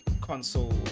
console